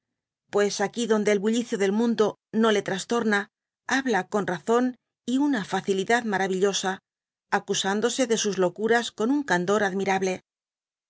pues aquí donde el bulucio del mundo no le trastorna habla con razón y una facilidad maravillosa acusándose de sus locuras con un candor admirable